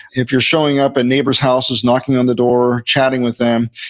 if you're showing up at neighbors' houses, knocking on the door, chatting with them.